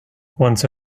once